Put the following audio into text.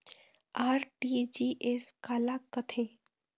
RTGS काला कथें?